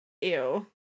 ew